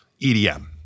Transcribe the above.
EDM